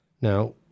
Now